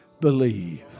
believe